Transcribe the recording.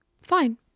fine